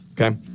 Okay